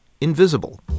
Invisible